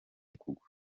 kugwa